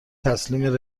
تسلیم